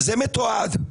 זה מתועד,